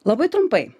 labai trumpai